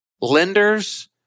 Lenders